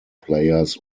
players